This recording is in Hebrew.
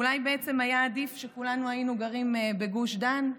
אולי בעצם היה עדיף שכולנו היינו גרים בגוש דן,